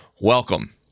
welcome